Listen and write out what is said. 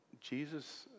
Jesus